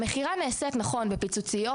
המכירה נעשית נכון בפיצוציות,